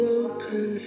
open